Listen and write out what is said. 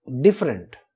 different